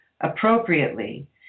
appropriately